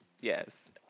yes